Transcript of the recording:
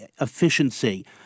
efficiency